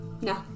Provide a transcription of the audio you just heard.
No